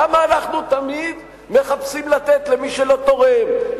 למה אנחנו תמיד מחפשים לתת למי שלא תורם,